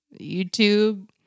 YouTube